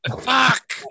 Fuck